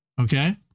Okay